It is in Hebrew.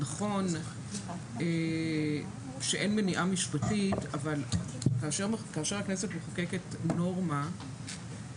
נכון שאין מניעה משפטית אבל כאשר הכנסת מחוקקת נורמה,